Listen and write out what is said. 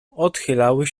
odchylały